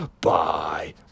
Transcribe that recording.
bye